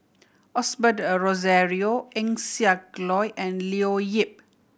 Osbert Rozario Eng Siak Loy and Leo Yip